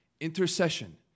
Intercession